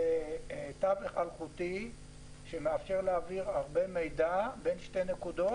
זה תווך אלחוטי שמאפשר להעביר הרבה מידע בין שתי נקודות.